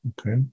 Okay